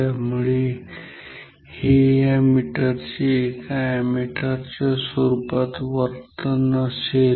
त्यामुळे हे या मीटरचे एका अॅमीटर च्या स्वरूपात वर्तन असेल